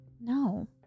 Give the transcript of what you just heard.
No